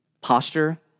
posture